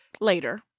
later